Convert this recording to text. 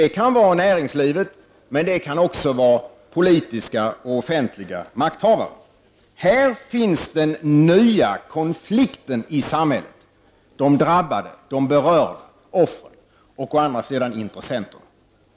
Det kan vara näringslivet, men det kan också vara politiska och offentliga makthavare. Här finns den nya konflikten i samhället: å ena sidan de drabbade, de berörda, offren och å den andra intressenterna.